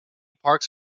parks